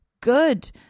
good